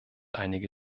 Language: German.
einige